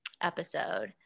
episode